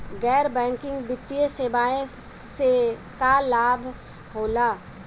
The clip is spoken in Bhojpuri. गैर बैंकिंग वित्तीय सेवाएं से का का लाभ होला?